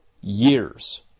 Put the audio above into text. years